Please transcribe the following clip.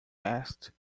asked